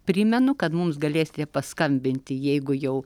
primenu kad mums galėsite paskambinti jeigu jau